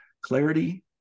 clarity